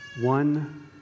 One